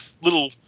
little